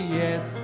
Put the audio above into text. yes